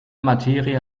materie